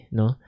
no